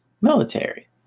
military